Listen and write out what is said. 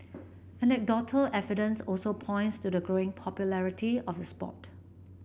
anecdotal evidence also points to the growing popularity of the sport